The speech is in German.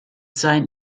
sein